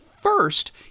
first